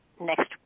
next